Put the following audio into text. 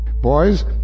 Boys